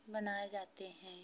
मनाए जाते हैं